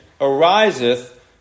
ariseth